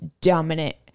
dominant